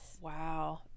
Wow